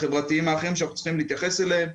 החברתיים והאחרים שאנחנו צריכים להתייחס אליהם.